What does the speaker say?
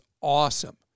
awesome